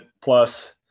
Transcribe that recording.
Plus